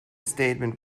statement